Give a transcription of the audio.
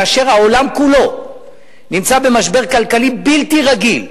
כאשר העולם כולו נמצא במשבר כלכלי בלתי רגיל,